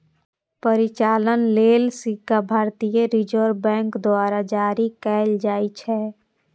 परिचालन लेल सिक्का भारतीय रिजर्व बैंक द्वारा जारी कैल जाइ छै